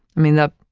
i mean, the,